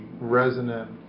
resonant